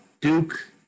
Duke